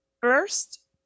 first